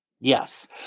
Yes